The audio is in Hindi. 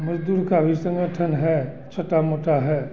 मजदूर का भी संगठन है छोटा मोटा है